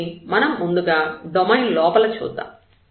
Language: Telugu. కాబట్టి మనం ముందుగా డొమైన్ లోపల చూద్దాం